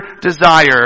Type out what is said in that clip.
desire